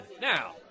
Now